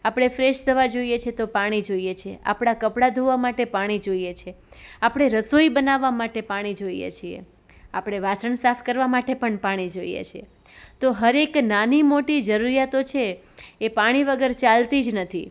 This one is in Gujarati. આપણે ફ્રેશ થવા જઈએ છે તો પાણી જોઈએ છે આપણા કપડાં ધોવા માટે પાણી જોઈએ છે આપણે રસોઈ બનાવવા માટે પાણી જોઈએ છે આપણે વાસણ સાફ કરવા માટે પણ પાણી જોઈએ છે તો હરેક નાની મોટી જરૂરીયાતો છે એ પાણી વગર ચાલતી જ નથી